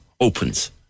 opens